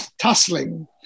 tussling